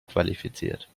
qualifiziert